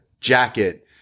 jacket